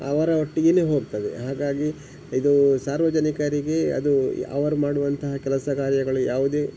ಅವರ ಒಟ್ಟಿಗೆ ಹೋಗ್ತದೆ ಹಾಗಾಗಿ ಇದು ಸಾರ್ವಜನಿಕರಿಗೆ ಅದು ಅವರು ಮಾಡುವಂತಹ ಕೆಲಸ ಕಾರ್ಯಗಳು ಯಾವುದೇ